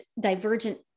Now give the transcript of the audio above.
divergent